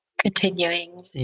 continuing